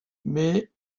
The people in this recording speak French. mais